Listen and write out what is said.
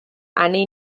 annie